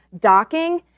docking